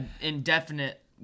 indefinite